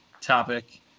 topic